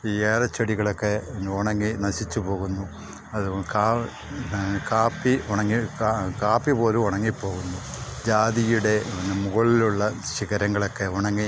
ഈ ഏലച്ചെടികളൊക്കെ പിന്നെ ഉണങ്ങി നശിച്ച് പോകുന്നു അതും പിന്നെ കാപ്പി ഉണങ്ങി കാപ്പി പോലും ഉണങ്ങി പോകുന്നു ജാതിയുടെ മുകളിലുള്ള ശിഖരങ്ങളൊക്കെ ഉണങ്ങി